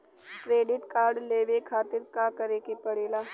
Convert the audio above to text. Credit card लेवे खातिर का करे के पड़ेला?